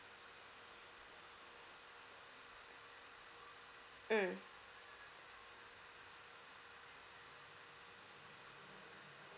mm